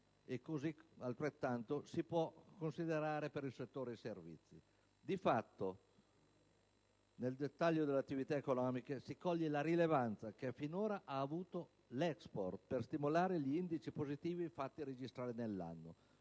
altrettanto si può dire per il settore dei servizi. Di fatto, nel dettaglio delle attività economiche si coglie la rilevanza che finora ha avuto l'*export* per stimolare gli indici positivi fatti registrare nell'anno;